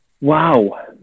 wow